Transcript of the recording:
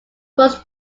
books